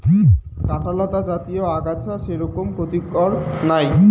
কাঁটালতা জাতীয় আগাছা সেরকম ক্ষতিকর নাই